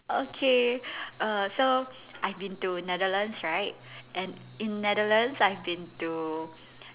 okay err so I've been to Netherlands right and in Netherlands I've been to